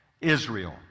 Israel